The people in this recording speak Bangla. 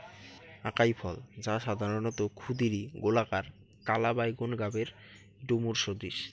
আকাই ফল, যা সাধারণত ক্ষুদিরী, গোলাকার, কালা বাইগোন গাবের ডুমুর সদৃশ